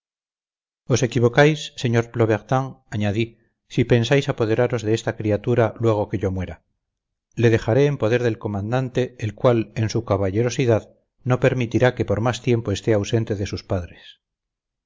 os equivocáis sr plobertin añadí si pensáis apoderaros de esta criatura luego que yo muera le dejaré en poder del comandante el cual en su caballerosidad no permitirá que por más tiempo esté ausente de sus padres